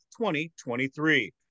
2023